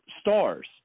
stars